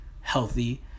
healthy